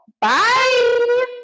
Bye